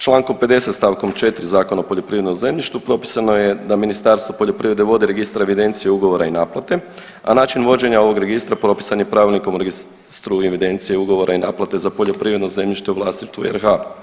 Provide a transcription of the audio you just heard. Čl. 50 st. 4 Zakona o poljoprivrednom zemljištu propisano je da Ministarstvo poljoprivrede vodi Registar evidenciju ugovora i naplate, a način vođenja ovog registra propisan je Pravilnikom o registru evidencije ugovora i naplate za poljoprivredno zemljište u vlasništvu RH.